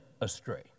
astray